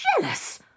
Jealous